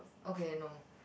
okay no